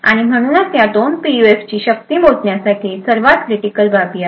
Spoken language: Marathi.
आणि म्हणूनच ह्या दोन पीयूएफची शक्ती मोजण्यासाठी सर्वात क्रिटिकल बाबी आहेत